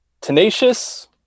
Tenacious